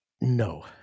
No